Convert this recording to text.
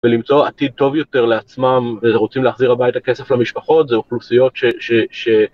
ולמצוא עתיד טוב יותר לעצמם ורוצים להחזיר הביתה כסף למשפחות זה אוכלוסיות ש, ש...